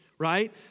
right